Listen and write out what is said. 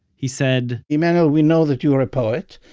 he said, emanuel, we know that you are a poet,